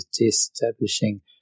establishing